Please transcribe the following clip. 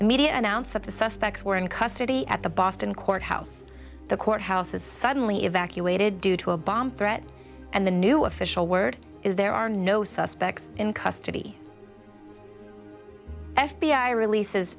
immediate announce that the suspects were in custody at the boston courthouse the courthouse is suddenly evacuated due to a bomb threat and the new official word is there are no suspects in custody f b i releases